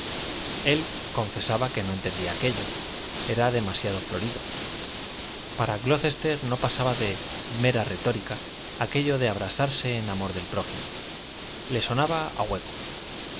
él confesaba que no entendía aquello era demasiado florido para glocester no pasaba de mera retórica aquello de abrasarse en amor del prójimo le sonaba a hueco